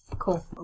Cool